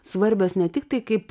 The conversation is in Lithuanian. svarbios ne tik tai kaip